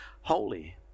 holy